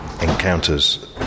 encounters